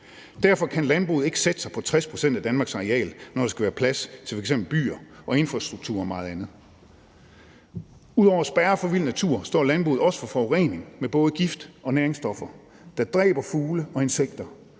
Derfor kan landbruget ikke sætte sig på 60 pct. af Danmarks areal, når der skal være plads til f.eks. byer og infrastruktur og meget andet. Kl. 19:05 Ud over at spærre for vild natur står landbruget også for forurening med både gift- og næringsstoffer, der dræber fugle og insekter